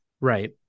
Right